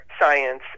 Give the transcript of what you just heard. science